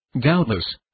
doubtless